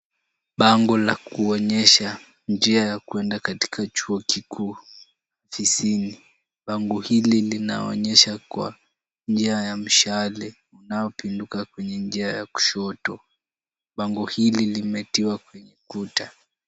Bango la kuonyesha njia ya kuenda katika chuo kikuu tisini. Bango hili linaonyesha kwa njia ya mshale unaopinduka kwenye njia ya kushoto. Bango hili limetiwa kwenye kuta.